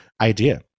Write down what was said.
idea